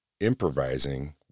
improvising